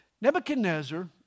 Nebuchadnezzar